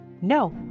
no